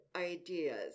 ideas